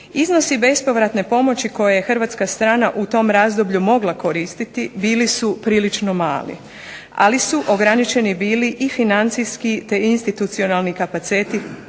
Iznosi bespovratne pomoći koje je hrvatska strana u tom razdoblju mogla koristiti, bili su prilično mali, ali su ograničeni bili i financijski, te institucionalni kapaciteti